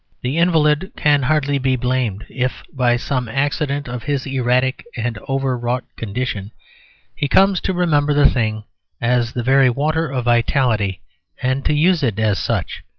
the invalid can hardly be blamed if by some accident of his erratic and overwrought condition he comes to remember the thing as the very water of vitality and to use it as such.